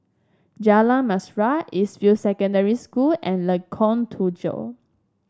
Jalan Mesra East View Secondary School and Lengkok Tujoh